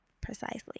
Precisely